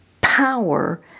power